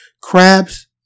Crabs